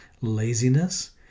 laziness